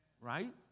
right